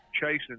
chasing